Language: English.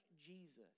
Jesus